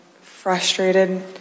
frustrated